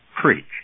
preach